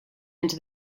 into